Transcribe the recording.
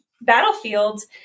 battlefields